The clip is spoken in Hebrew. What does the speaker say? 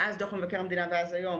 מאז דוח מבקר המדינה ועד היום,